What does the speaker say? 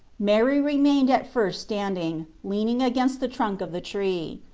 mary remained at first standing, leaning against the trunk of the tree.